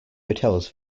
hotels